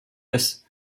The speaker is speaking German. des